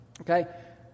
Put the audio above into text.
Okay